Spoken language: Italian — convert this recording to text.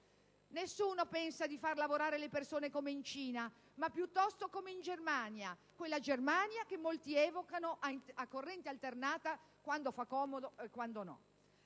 Nessuno pensa di far lavorare le persone come in Cina, ma piuttosto come in Germania: quella Germania che molti evocano a corrente alternata, quando fa comodo e quando no.